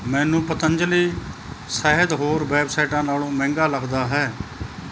ਮੈਨੂੰ ਪਤੰਜਲੀ ਸ਼ਹਿਦ ਹੋਰ ਵੈੱਬਸਾਈਟਾਂ ਨਾਲੋਂ ਮਹਿੰਗਾ ਲੱਗਦਾ ਹੈ